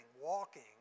walking